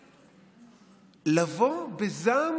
פסקת התגברות נכנסה להסכמים